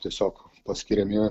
tiesiog paskiriami